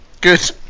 good